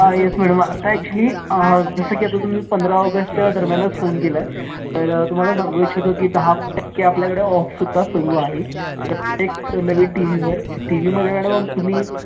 हां yes madam आता actually जसं की आता तुम्ही पंधरा ऑगस्टच्या दरम्यानच फोन केलाय तर तुम्हाला सांगू इच्छितो की दहा टक्के आपल्याकडे ऑफसुद्धा सुरू आहे प्रत्येक नवीन टी व्हीवर टी व्हीमध्ये मॅडम तुम्ही